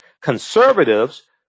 Conservatives